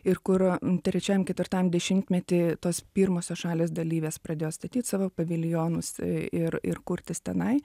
ir kur trečiam ketvirtam dešimtmety tos pirmosios šalys dalyvės pradėjo statyt savo paviljonus ir ir kurtis tenai